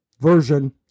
version